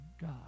god